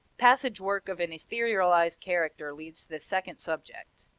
passage work of an etherealized character leads to the second subject,